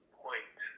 point